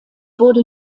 wurde